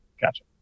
Gotcha